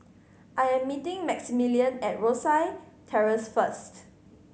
I am meeting Maximillian at Rosyth Terrace first